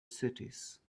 cities